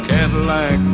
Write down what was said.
Cadillac